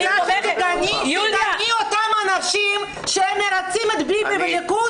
תגני את אותם אנשים שמרצים את ביבי והליכוד